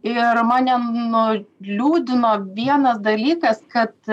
ir mane nu liūdino vienas dalykas kad